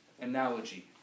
analogy